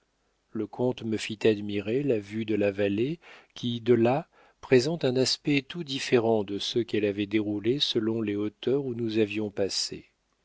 le comte me fit admirer la vue de la vallée qui de là présente un aspect tout différent de ceux qu'elle avait déroulés selon les hauteurs où nous avions passé